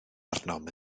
arnom